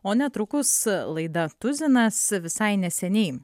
o netrukus laida tuzinas visai neseniai